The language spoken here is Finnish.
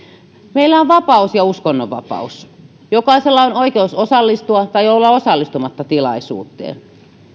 meillä on vapaus ja uskonnonvapaus jokaisella on oikeus osallistua tai olla osallistumatta tilaisuuteen